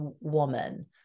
woman